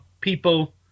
people